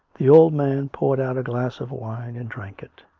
the old man poured out a glass of wine and drank it.